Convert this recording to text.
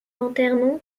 lanternon